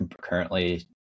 currently